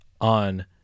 on